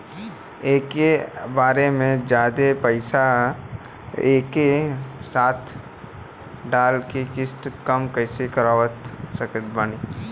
एके बार मे जादे पईसा एके साथे डाल के किश्त कम कैसे करवा सकत बानी?